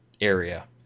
area